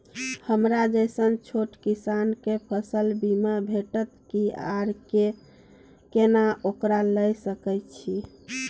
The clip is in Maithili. हमरा जैसन छोट किसान के फसल बीमा भेटत कि आर केना ओकरा लैय सकैय छि?